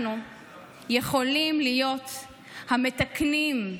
אנחנו יכולים להיות המתקנים,